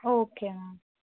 okay ma'am